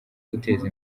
guteza